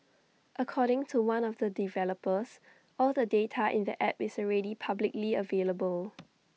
according to one of the developers all the data in the app is already publicly available